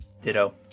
Ditto